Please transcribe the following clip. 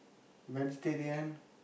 vegetarian